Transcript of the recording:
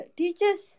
teachers